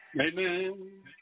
Amen